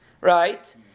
right